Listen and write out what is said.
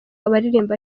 abaririmba